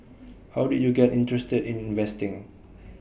how did you get interested in investing